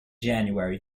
january